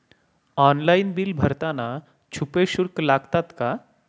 Online bill भरताना छुपे शुल्क लागतात का?